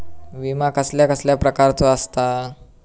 विमा कसल्या कसल्या प्रकारचो असता?